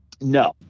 No